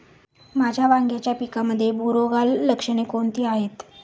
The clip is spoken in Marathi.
माझ्या वांग्याच्या पिकामध्ये बुरोगाल लक्षणे कोणती आहेत?